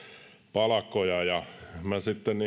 palkkoja minä sitten